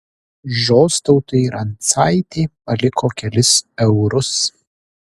žostautui rancaitė paliko kelis eurus